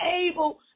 able